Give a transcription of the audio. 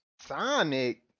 Sonic